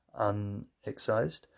unexcised